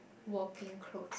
working clothes